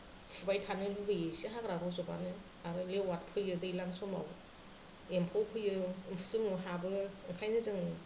फुबाय थानो लुगैयो इसे हाग्रा रज'बानो आरो लेवाद फैयो दैलां समाव एम्फौ फैयो उसुङाव हाबो ओंखायनो जों